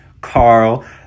Carl